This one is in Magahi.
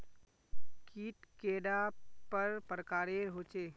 कीट कैडा पर प्रकारेर होचे?